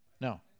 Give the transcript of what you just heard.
No